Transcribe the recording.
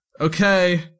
Okay